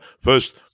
First